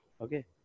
Okay